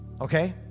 Okay